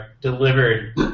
delivered